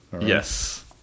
Yes